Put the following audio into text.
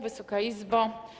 Wysoka Izbo!